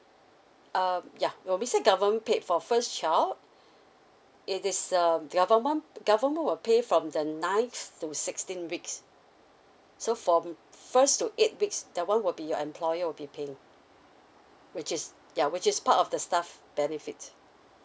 err ya when we say government paid for first child it is um government government will pay from the ninth to sixteen weeks so from first to eight weeks that one will be your employer will be paying which is ya which is part of the staff benefits